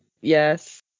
Yes